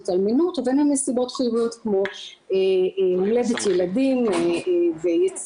התאלמנות ובין אם מסיבות חיוביות כמו הולדת ילדים ויציאה